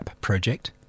Project